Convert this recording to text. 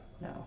No